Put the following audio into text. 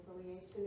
affiliation